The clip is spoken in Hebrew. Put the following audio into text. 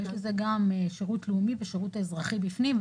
יש לזה גם שירות לאומי ושירות אזרחי בפנים,